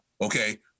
Okay